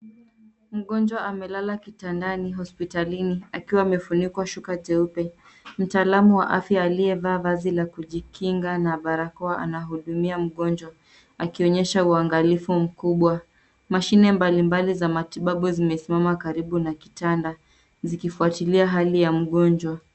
Mgonjwa amelala kitandani hospitalini akiwa amefunikwa shuka jeupe. Mtaalamu wa afya aliyevaa vazi la kujikinga na barakoa anahudumia mgonjwa, akionyesha uangalifu mkubwa. Mashine mbalimbali za matibabu zimesimama karibu na kitanda, zikifuatilia hali ya mgonjwa.